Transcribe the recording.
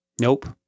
Nope